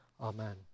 Amen